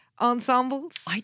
ensembles